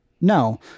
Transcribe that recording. no